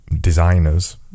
designers